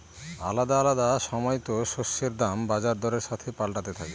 আলাদা আলাদা সময়তো শস্যের দাম বাজার দরের সাথে পাল্টাতে থাকে